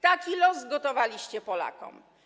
Taki los zgotowaliście Polakom.